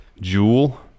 jewel